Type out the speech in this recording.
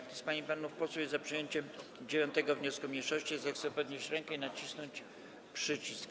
Kto z pań i panów posłów jest za przyjęciem 9. wniosku mniejszości, zechce podnieść rękę i nacisnąć przycisk.